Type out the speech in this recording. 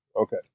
Okay